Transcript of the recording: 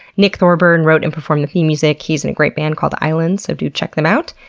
nick thorburn wrote and performed the theme music, he's in a great band called islands, so do check them out.